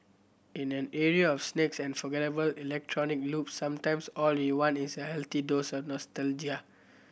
in an era of snakes and forgettable electronic loops sometimes all you want is a healthy dose of nostalgia